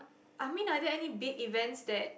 I mean are there any big events that